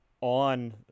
on